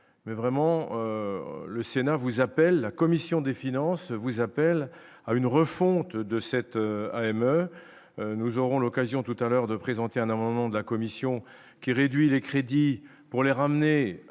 mais vraiment le Sénat vous appelle la commission des finances vous appellent à une refonte de cette année, meurt, nous aurons l'occasion tout à l'heure de présenter un nom de la commission qui réduit les crédits pour les ramener à